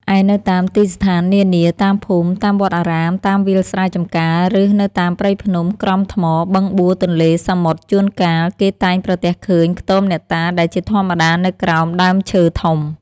ឯនៅតាមទីស្ថាននានា តាមភូមិ តាមវត្តអារាម តាមវាលស្រែចម្ការ ឬ នៅតាមព្រៃភ្នំក្រំថ្ម បឹងបួរ ទន្លេ សមុទ្រ ជួនកាល គេតែងប្រទះឃើញខ្ទមអ្នកតាដែលជាធម្មតានៅក្រោមដើមឈើធំ។